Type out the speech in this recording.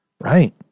right